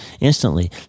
Instantly